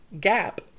gap